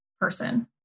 person